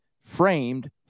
framed